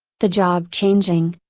the job changing,